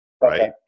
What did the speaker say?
right